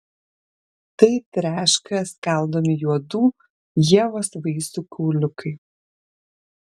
tai treška skaldomi juodų ievos vaisių kauliukai